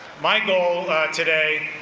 my goal today,